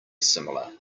similar